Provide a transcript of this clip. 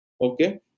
Okay